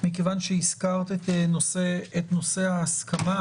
מכיוון שהזכרת את נושא ההסכמה,